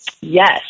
Yes